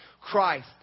Christ